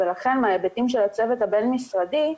ולכן מההיבטים של הצוות הבין משרדי,